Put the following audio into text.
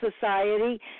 society